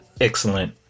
excellent